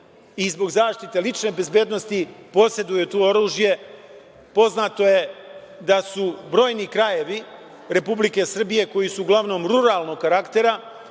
i zbog zaštite lične bezbednosti poseduju oružje. Poznato je da su brojni krajevi Republike Srbije koji su uglavnom ruralnog karaktera